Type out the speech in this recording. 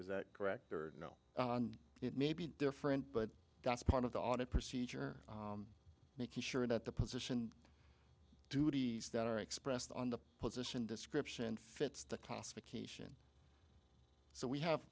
is that correct or you know it may be different but that's part of the audit procedure making sure that the position duties that are expressed on the position description fits the classification so we have